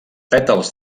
pètals